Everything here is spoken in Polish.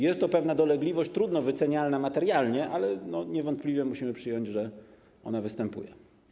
Jest to pewna dolegliwość trudno wycenialna materialnie, ale niewątpliwie musimy przyjąć, że ona występuje.